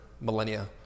millennia